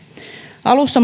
alussa